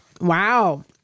Wow